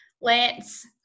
Lance